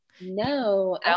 No